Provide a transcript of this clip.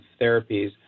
therapies